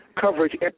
coverage